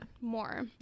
more